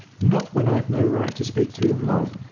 not when i've no right to speak to you of love?